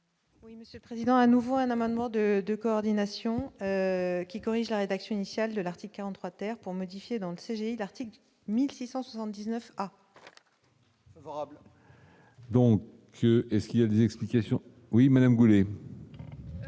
Oui, Monsieur le Président, à nouveau, un amendement de de coordination qui corrige la rédaction initiale de l'article 43 terre pour modifier dans le sujet d'article 1679. Favorable. Donc, qu'est-ce qu'il y a des explications oui Madame Goulet.